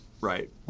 Right